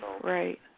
right